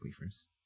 first